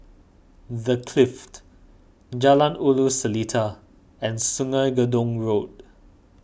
the Clift Jalan Ulu Seletar and Sungei Gedong Road